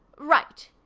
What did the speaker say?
write!